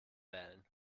wählen